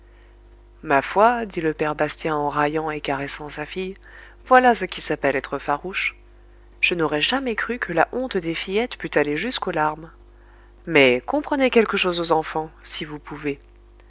ma foi dit le père bastien en raillant et caressant sa fille voilà ce qui s'appelle être farouche je n'aurais jamais cru que la honte des fillettes pût aller jusqu'aux larmes mais comprenez quelque chose aux enfants si vous pouvez